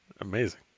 Amazing